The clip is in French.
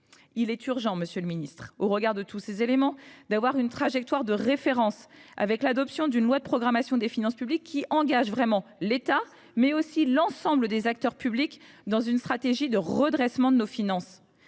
mal en pis. Monsieur le ministre, au regard de tous ces éléments, il est urgent de se doter d’une trajectoire de référence, avec l’adoption d’une loi de programmation des finances publiques qui engage vraiment l’État, mais aussi l’ensemble des acteurs publics, dans une stratégie de redressement de nos finances.